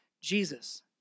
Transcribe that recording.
Jesus